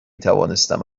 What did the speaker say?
توانستم